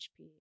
HP